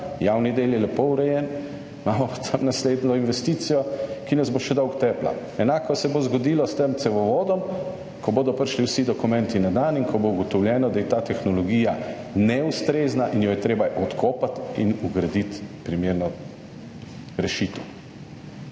javni del je lepo urejen, imamo pa tam naslednjo investicijo, ki nas bo še dolgo tepla. Enako se bo zgodilo s tem cevovodom, ko bodo prišli vsi dokumenti na dan in ko bo ugotovljeno, da je ta tehnologija neustrezna in jo je treba odkopati in vgraditi primerno rešitev.